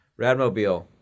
Radmobile